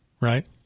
Right